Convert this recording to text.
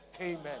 Amen